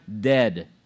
Dead